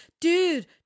dude